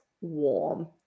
warm